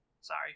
Sorry